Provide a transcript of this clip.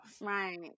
Right